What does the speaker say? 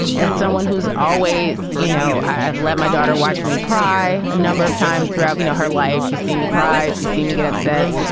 as someone who's always, you know, i've let my daughter watch me cry a number of times throughout, you know, her life. she's seen me cry. she seemed to get upset.